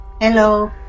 Hello